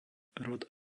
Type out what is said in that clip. rod